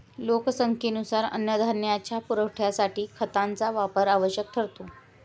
लोकसंख्येनुसार अन्नधान्याच्या पुरवठ्यासाठी खतांचा वापर आवश्यक ठरतो